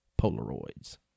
Polaroids